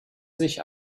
sich